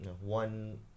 one